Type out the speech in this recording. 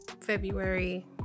February